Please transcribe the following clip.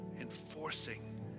enforcing